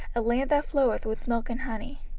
a land that floweth with milk and honey.